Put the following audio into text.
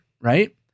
right